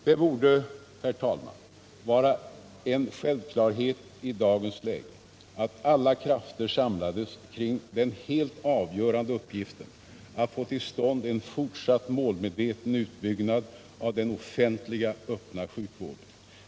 Det borde, herr talman, vara en självklarhet i dagens läge att alla krafter samlas kring den helt avgörande uppgiften att få till stånd en fortsatt målmedveten utbyggnad av den offentliga öppna sjukvården.